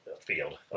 field